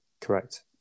correct